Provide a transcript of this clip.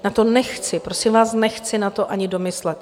Já to nechci, prosím vás, nechci na to ani domyslet.